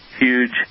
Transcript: huge